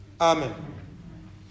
Amen